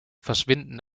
verschwinden